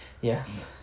Yes